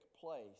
place